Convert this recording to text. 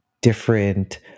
different